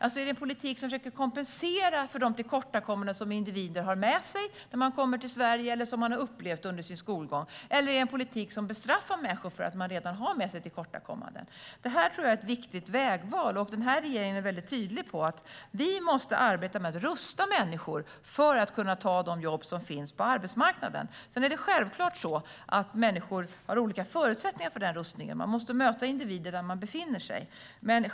Är det en politik som försöker kompensera för de tillkortakommanden som individer har med sig när de kommer till Sverige, eller som de upplevt under sin skolgång, eller är det en politik som bestraffar människor för deras tillkortakommanden? Det tror jag är ett viktigt vägval, och regeringen är mycket tydlig med att vi måste arbeta med att rusta människor för att de ska kunna ta de jobb som finns på arbetsmarknaden. Sedan är det självklart att människor har olika förutsättningar för den rustningen. Vi måste möta individerna där de befinner sig.